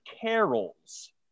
carols